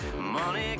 money